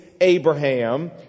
Abraham